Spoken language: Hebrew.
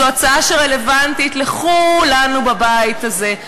זו הצעה רלוונטית לכולנו בבית הזה.